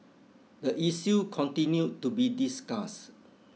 the issue continued to be discussed